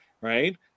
right